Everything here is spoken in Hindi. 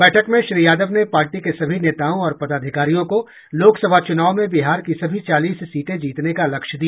बैठक में श्री यादव ने पार्टी के सभी नेताओं और पदाधिकारियों को लोकसभा चुनाव में बिहार की सभी चालीस सीटें जीतने का लक्ष्य दिया